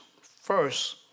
first